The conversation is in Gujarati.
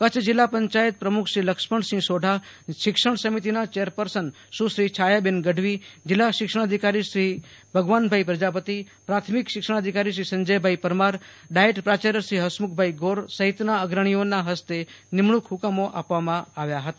કચ્છ જિલ્લા પંચાયત પ્રમુખ શ્રી લક્ષ્મણસિંફ સોઢા શિક્ષણ સમિતિના ચેરપર્સન સુશ્રી છાયાબેન ગઢવી જિલ્લા શિક્ષણાઅધિકારી શ્રી ભગવાનભાઈ પ્રજાપતિ પ્રાથમિક શિક્ષણાધિકારી શ્રી સંજય પરમારડાયેટ પ્રાચાર્ય શ્રી ફસમુખ ગોર સફિતના અગ્રણીઓના ફસ્તે નિમણુંક હુંકમો આપવામાં આવ્યા હતા